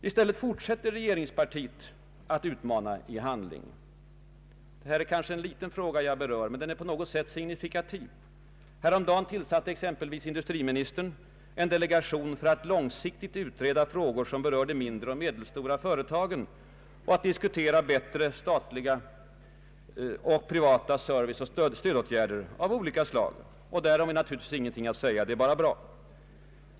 I stället fortsätter regeringspartiet att utmana i handling. Det är kanske en liten fråga jag berör, men den är på något sätt signifikativ. Häromdagen tillsatte exempelvis industriministern en delegation för att långsiktigt utreda frågor som berör de mindre och medelstora företagen och att diskutera bättre statliga och privata serviceoch stödåtgärder av olika slag. Därom är naturligtvis ingenting att säga, det är bara bra.